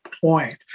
point